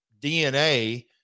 DNA